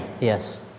Yes